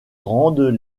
rendent